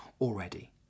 already